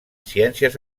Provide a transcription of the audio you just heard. ciències